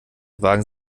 wagen